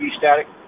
static